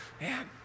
man